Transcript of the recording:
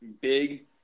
big